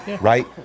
right